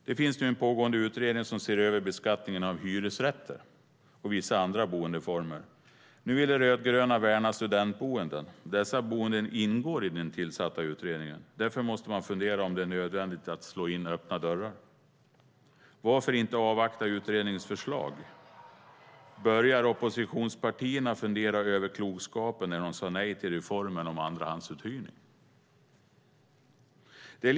Det finns nu en pågående utredning som ser över beskattningen av hyresrätter och vissa andra boendeformer. Nu vill de rödgröna värna studentboenden. Dessa boenden ingår i den tillsatta utredningen. Därför måste man fundera på om det är nödvändigt att slå in öppna dörrar. Varför inte avvakta utredningens förslag? Börjar oppositionspartierna fundera över klokskapen i att de sade nej till reformen om andrahandsuthyrning?